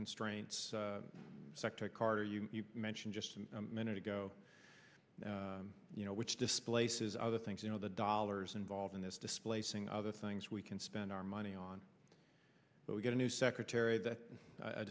constraints sector carter you mentioned just a minute ago you know which displaces other things you know the dollars involved in this displacing other things we can spend our money on but we get a new secretary that a